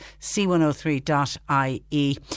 c103.ie